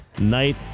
night